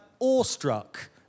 awestruck